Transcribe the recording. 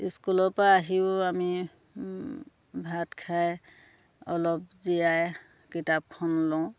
স্কুলৰ পৰা আহিও আমি ভাত খাই অলপ জিৰাই কিতাপখন লওঁ